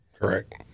Correct